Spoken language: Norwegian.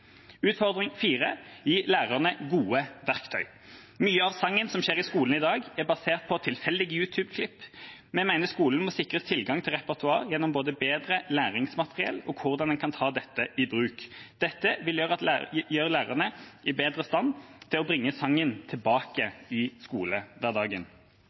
Utfordring 4: Gi lærerne gode verktøy. Mye av sangen som skjer i skolen i dag, er basert på tilfeldige YouTube-klipp. Vi mener skolen må sikres tilgang til repertoar gjennom både bedre læringsmateriell og hvordan en kan ta dette i bruk. Dette gjør lærerne bedre i stand til å bringe sangen tilbake i skolehverdagen. Jeg håper at statsråden bruker nettopp denne anledningen til å